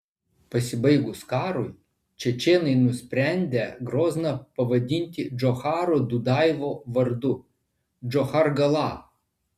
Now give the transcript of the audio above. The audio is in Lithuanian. pasibaigus karui čečėnai nusprendę grozną pavadinti džocharo dudajevo vardu džochargala